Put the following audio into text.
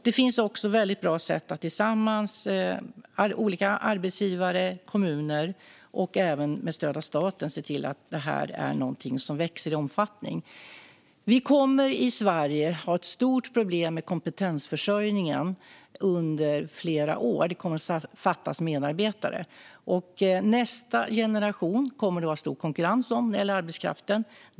Det finns bra sätt för olika arbetsgivare och kommuner att tillsammans, och även med stöd av staten, se till att detta är något som växer i omfattning. Vi kommer i Sverige att ha ett stort problem med kompetensförsörjningen under flera år. Det kommer att fattas medarbetare. Det kommer att vara stor konkurrens om nästa generation när det gäller arbetskraften.